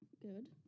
good